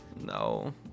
no